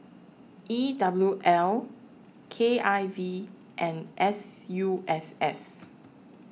E W L K I V and S U S S